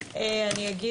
מה עמדתנו לגבי זה.